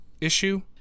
issue